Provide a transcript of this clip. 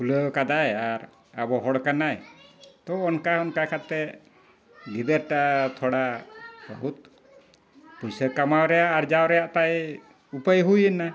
ᱠᱷᱩᱞᱟᱹᱣ ᱠᱟᱫᱟᱭ ᱟᱨ ᱟᱵᱚ ᱦᱚᱲ ᱠᱟᱱᱟᱭ ᱛᱚ ᱚᱱᱠᱟ ᱚᱱᱠᱟ ᱠᱟᱛᱮᱫ ᱜᱤᱫᱟᱹᱨ ᱴᱟ ᱛᱷᱚᱲᱟ ᱵᱚᱦᱩᱛ ᱯᱚᱭᱥᱟ ᱠᱟᱢᱟᱣ ᱨᱮᱭᱟᱜ ᱟᱨᱡᱟᱣ ᱨᱮᱭᱟᱜ ᱛᱟᱭ ᱩᱯᱟᱹᱭ ᱦᱩᱭᱮᱱᱟ